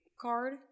card